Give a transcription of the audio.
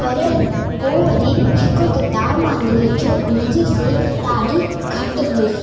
पर पोइ वरी हिकु किताब माने लिखियो उन जी सेल ॾाढी घटि हुई